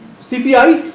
cpi.